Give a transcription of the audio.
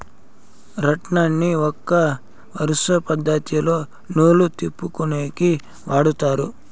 రాట్నంని ఒక వరుస పద్ధతిలో నూలు తిప్పుకొనేకి వాడతారు